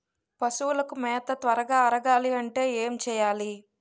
పశువులకు మేత త్వరగా అరగాలి అంటే ఏంటి చేయాలి?